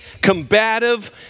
combative